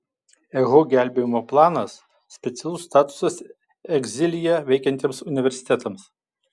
ehu gelbėjimo planas specialus statusas egzilyje veikiantiems universitetams